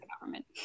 government